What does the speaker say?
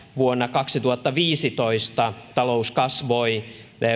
vuonna kaksituhattaviisitoista talous kasvoi